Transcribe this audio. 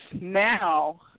now